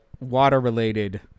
water-related